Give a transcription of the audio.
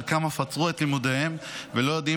חלקם אף עצרו את לימודיהם ולא יודעים